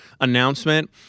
announcement